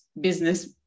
business